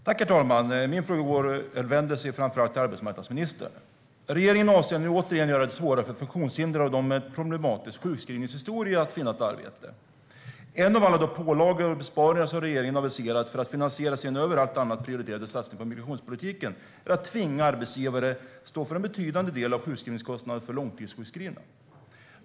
Herr talman! Min fråga riktar sig framför allt till arbetsmarknadsministern. Regeringen avser nu återigen att göra det svårare för funktionshindrade och för dem med problematisk sjukskrivningshistoria att finna ett arbete. En av alla de pålagor och besparingar som regeringen har aviserat för att kunna finansiera sin över allt annat prioriterade satsning på migrationspolitiken är att tvinga arbetsgivare att stå för en betydande del av sjukskrivningskostnaderna för långtidssjukskrivna.